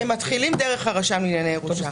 הם מתחילים דרך הרשם לענייני ירושה,